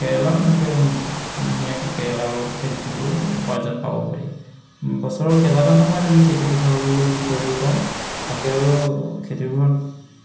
কেৰেলাও তেনেকে ধুনীয়াকে কেৰেলাও খেতিটোতো উপাৰ্জন পাব পাৰি বছৰৰ কেইবাটাও সময়ত আমি খেতি পথাৰবোৰ কৰিব পাৰোঁ তাকে আৰু খেতিবোৰত